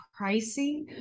pricey